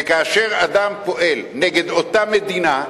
וכאשר אדם פועל נגד אותה מדינה,